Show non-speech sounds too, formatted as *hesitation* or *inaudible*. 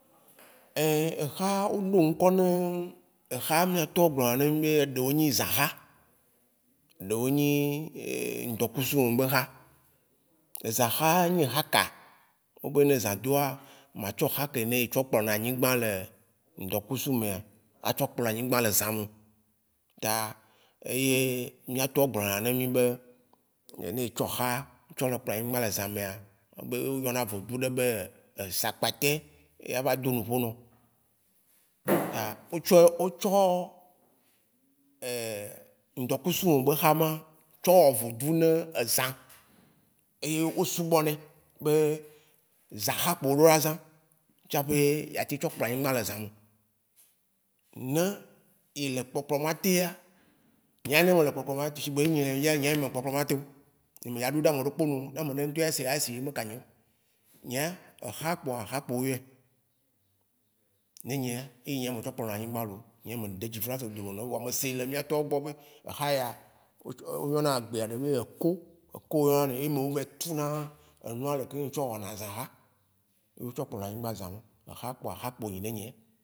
*hesitation* exa o ɖo ŋkɔ ne exa. Mia tɔwo gblɔ̃na na mi be, eɖewo nyi zãxa, ɖewo nyi ŋdɔkusu mɛ be xa. Ezã xa ye nyi exa ka, o be ne zã doa. ma tsɔ exa ke ne tsɔ kplɔna anyigbã le ŋdɔkusu mea a tsɔ kplɔ anyigbã le zãmeo. Ta, eye miatɔwo gblɔna ne mi be, ne etsɔ xa tsɔ le kplɔ anyigbã le zãmeo, obe o yɔna vodzu ɖe be *hesitation* sakpatɛ, ye ava donuƒo nɔo. *noise* tsa otsɔ-otsɔ *hesitation* ŋdɔkusumɛ be xa ma tsɔ wɔ vodzu ne ezã. Eye o subɔnɛ be zãxa ko o ɖo la zã tsaƒe a teŋ tsɔ kplɔ anyigbã le zãme. Ne ele kpɔkplɔma tea, nyea ne me le kpɔkplɔma, shigbe be nye nènèa nye me le kpɔkplɔma teo, nye me ɖza ɖo ɖe ameɖekpe nuo, ne ameɖe ŋtɔ a si a sí. Me kã nyao. Nyea, exa kpoa exa kpo o yɔɛ ne nyea eye me tsɔ kplɔna anyigbã loo. Nye me de difference dodome nawo voa, me se le miatɔwo gbɔ be, exa ya, o yɔna egbeaɖe be eko. Eko o yɔna nɛ. Eme o vayi tsuna enua le keŋ tsɔ wɔna zãxa ye o tsɔ kplɔna anyigbã zãme. Exa kpoa xa kpo enyi ne nyea.